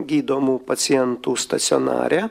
gydomų pacientų stacionare